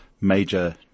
major